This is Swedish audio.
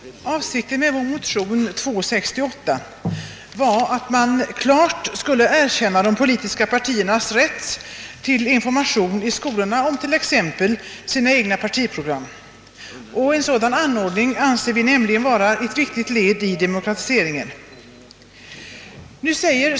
Herr talman! Avsikten med vår motion nr 68 i denna kammare var att man klart skulle erkänna de politiska partiernas rätt till information i skolorna om t.ex. sina egna partiprogram. En sådan anordning anser vi vara ett viktigt led i demokratiseringen.